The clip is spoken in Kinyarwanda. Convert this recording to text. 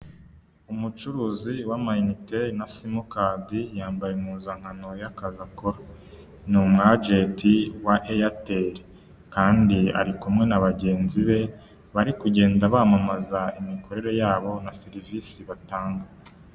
Umucuruzi w'amayinite na simukadi yambaye impuzankano y'akazi akora, ni umu ajenti wa Eyateri kandi ari kumwe na bagenzi be bari kugenda bamamaza imikorere yabo na serivisi batanga.